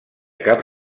cap